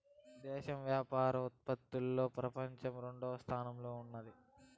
దేశం వ్యవసాయ ఉత్పత్తిలో పపంచంలో రెండవ స్థానంలో ఉన్నాది